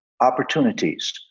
opportunities